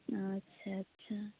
আচ্ছা আচ্ছা